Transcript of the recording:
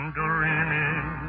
dreaming